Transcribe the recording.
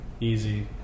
easy